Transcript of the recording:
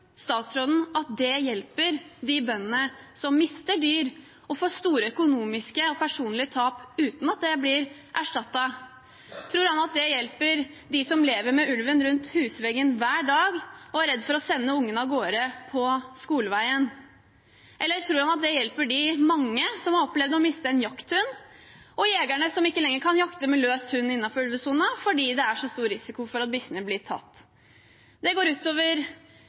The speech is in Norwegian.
statsråden at det hjelper de bøndene som mister dyr og får store økonomiske og personlige tap uten at det blir erstattet? Tror han at det hjelper dem som lever med ulven rundt husveggen hver dag og er redd for å sende ungene av gårde på skoleveien? Eller tror han at det hjelper de mange som har opplevd å miste en jakthund, og jegerne som ikke lenger kan jakte med løs hund innenfor ulvesonen fordi det er så stor risiko for at bikkjene blir tatt? Det går